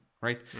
right